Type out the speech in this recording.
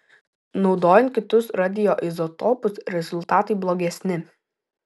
naudojant kitus radioizotopus rezultatai blogesni